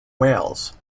whales